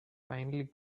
finally